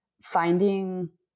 finding